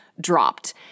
dropped